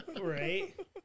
Right